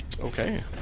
Okay